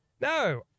No